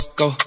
go